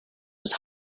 was